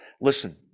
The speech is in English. Listen